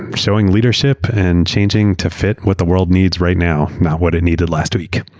showing leadership and changing to fit what the world needs right now, not what it needed last week.